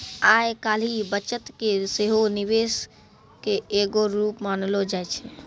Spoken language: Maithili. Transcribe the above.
आइ काल्हि बचत के सेहो निवेशे के एगो रुप मानलो जाय छै